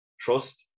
trust